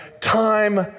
Time